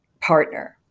partner